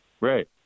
Right